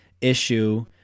issue